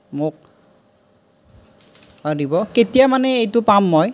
মোক অঁ দিব কেতিয়া মানে এইটো পাম মই